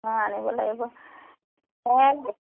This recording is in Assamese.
অঁ আনিব লাগিব